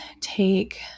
take